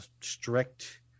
strict